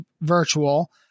virtual